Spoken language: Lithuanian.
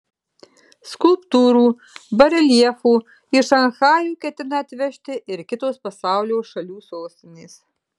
skulptūrų bareljefų į šanchajų ketina atvežti ir kitos pasaulio šalių sostinės